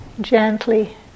gently